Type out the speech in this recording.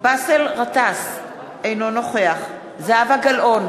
באסל גטאס, אינו נוכח זהבה גלאון,